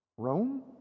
Rome